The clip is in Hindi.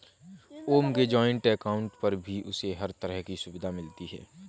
ओम के जॉइन्ट अकाउंट पर भी उसे हर तरह की सुविधा मिलती है